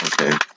Okay